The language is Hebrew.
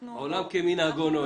עולם כמנהגו נוהג.